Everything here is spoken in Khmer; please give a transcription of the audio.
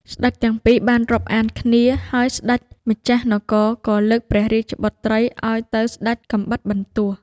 ស្ដេចទាំងពីរបានរាប់អានគ្នា ហើយស្ដេចម្ចាស់នគរក៏លើកព្រះរាជបុត្រីឱ្យទៅស្ដេចកាំបិតបន្ទោះ។